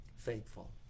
faithful